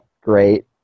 great